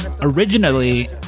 originally